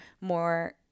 more